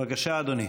בבקשה, אדוני.